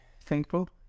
thankful